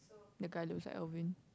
the guy looks like Erwin